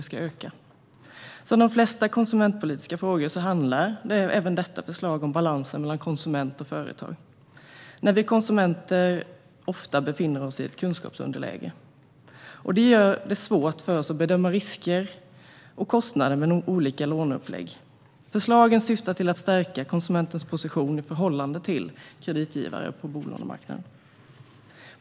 Som de flesta konsumentpolitiska frågor handlar även detta förslag om balansen mellan konsument och företag. Där befinner vi konsumenter oss ofta i ett kunskapsunderläge, vilket gör det svårt att bedöma risker och kostnader med olika låneupplägg. Förslagen syftar till att stärka konsumentens position i förhållande till kreditgivare på bolånemarknaden.